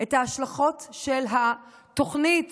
את ההשלכות של התוכנית